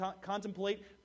contemplate